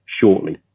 shortly